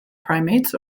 primates